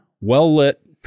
well-lit